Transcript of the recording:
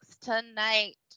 tonight